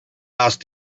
asked